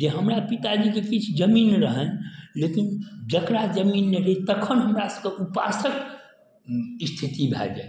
जे हमरा पिताजीके किछु जमीन रहनि लेकिन जकरा जमीन नहि रहै तखन हमरासभके उपासके इस्थिति भऽ जाए